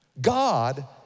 God